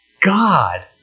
God